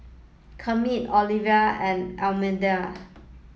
Kermit Orvil and Almedia